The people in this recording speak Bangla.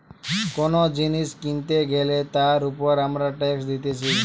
কোন জিনিস কিনতে গ্যালে তার উপর আমরা ট্যাক্স দিতেছি